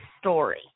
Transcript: story